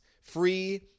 free